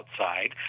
outside